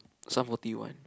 Sum Forty One